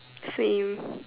same